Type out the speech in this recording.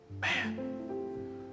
Man